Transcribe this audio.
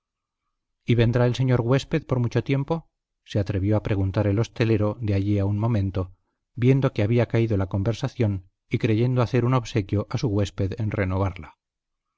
y vendrá el señor huésped por mucho tiempo se atrevió a preguntar el hostelero de allí a un momento viendo que había caído la conversación y creyendo hacer un obsequio a su huésped en renovarla